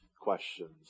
questions